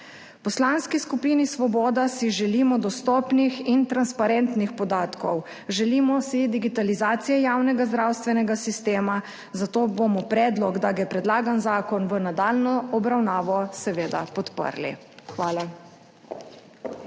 Poslanski skupini Svoboda si želimo dostopnih in transparentnih podatkov, želimo si digitalizacije javnega zdravstvenega sistema, zato bomo predlog, da gre predlagan zakon v nadaljnjo obravnavo seveda podprli. Hvala.